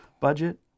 budget